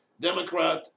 Democrat